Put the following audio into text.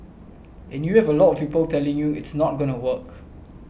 and you have a lot of people telling you it's not gonna work